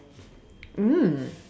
mm